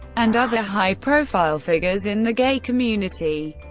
and other high-profile figures in the gay community.